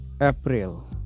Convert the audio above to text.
April